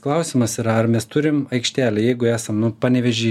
klausimas yra ar mes turim aikštelę jeigu esam nu panevėžy